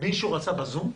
מישהו רצה בזום?